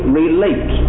relate